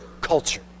culture